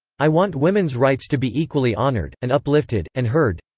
i want women's rights to be equally honored, and uplifted, and heard.